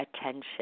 attention